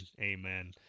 Amen